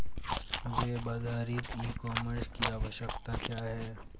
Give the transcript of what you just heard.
Web आधारित e commerce की आवश्यकता क्या है?